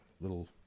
little